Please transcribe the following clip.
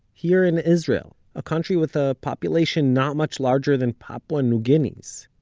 here in israel a country with a population not much larger than papua new guinea's.